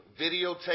videotape